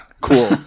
cool